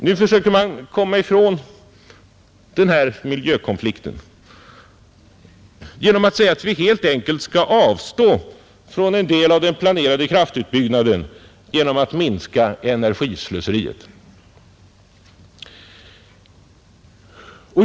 Nu försöker man komma ifrån den här miljökonflikten genom att säga att vi helt enkelt skall avstå från en del av den planerade kraftutbyggnaden genom att minska energislöseriet.